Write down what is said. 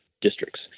districts